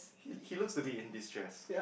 he looks to be in distress